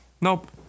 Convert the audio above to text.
Nope